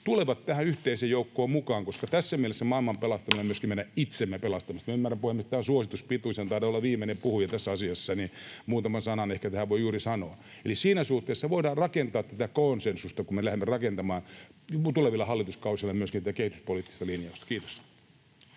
tulevat tähän yhteiseen joukkoon mukaan, koska tässä mielessä maailman pelastaminen on myöskin meidän itsemme pelastamista. — Minä ymmärrän, puhemies, että tämä on suosituspituus, ja kun taidan olla viimeinen puhuja tässä asiassa, niin muutaman sanan ehkä tähän voi juuri sanoa. — Eli siinä suhteessa voidaan rakentaa tätä konsensusta, kun me lähdemme rakentamaan tuleville hallituskausille myöskin tätä kehityspoliittista linjausta. — Kiitos.